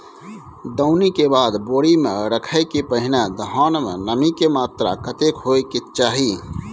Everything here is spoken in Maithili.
दौनी के बाद बोरी में रखय के पहिने धान में नमी के मात्रा कतेक होय के चाही?